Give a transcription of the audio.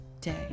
day